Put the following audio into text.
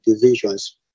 divisions